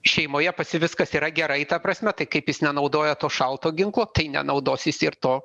šeimoje pas jį viskas yra gerai ta prasme tai kaip jis nenaudoja to šalto ginklo tai nenaudos jis ir to